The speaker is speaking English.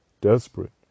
desperate